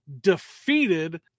defeated